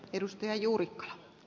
arvoisa puhemies